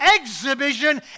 exhibition